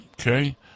okay